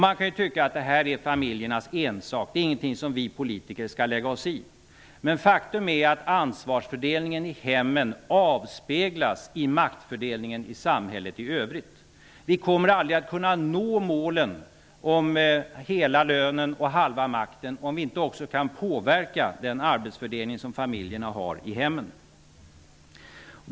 Man kan tycka att detta är familjernas ensak och ingenting som vi politiker skall lägga oss i. Men faktum är att ansvarsfördelningen i hemmen avspeglas i maktfördelningen i samhället i övrigt. Vi kommer aldrig att kunna nå målen om hela lönen och halva makten om vi inte också kan påverka den arbetsfördelning som familjerna har i hemmen.